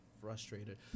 frustrated